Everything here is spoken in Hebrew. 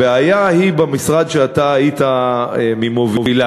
הבעיה היא במשרד שהיית ממוביליו.